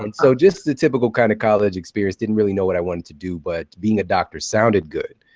and so just the typical kind of college experience, didn't really know what i wanted to do, but being a doctor sounded good.